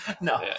no